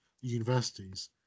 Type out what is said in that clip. universities